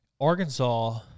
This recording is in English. Arkansas